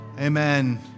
amen